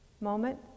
moment